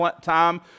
time